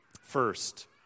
First